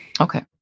Okay